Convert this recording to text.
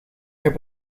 heb